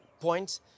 point